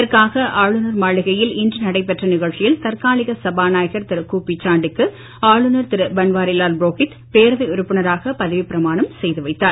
இதற்காக ஆளுநர் மாளிகையில் இன்று நடைபெற்ற நிகழ்ச்சியில் தற்காலிக சபாநாயகர் திரு கு பிச்சாண்டிக்கு ஆளுநர் திரு பன்வாரி லால் புரோகித் பேரவை உறுப்பினராக பதவிப் பிரமாணம் செய்து வைத்தார்